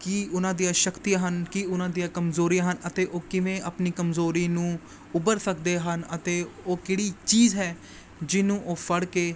ਕੀ ਉਹਨਾਂ ਦੀਆਂ ਸ਼ਕਤੀਆਂ ਹਨ ਕੀ ਉਹਨਾਂ ਦੀਆਂ ਕਮਜ਼ੋਰੀਆਂ ਹਨ ਅਤੇ ਉਹ ਕਿਵੇਂ ਆਪਣੀ ਕਮਜ਼ੋਰੀ ਨੂੰ ਉੱਭਰ ਸਕਦੇ ਹਨ ਅਤੇ ਉਹ ਕਿਹੜੀ ਚੀਜ਼ ਹੈ ਜਿਨੂੰ ਉਹ ਫੜ ਕੇ